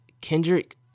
Kendrick